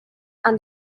and